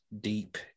deep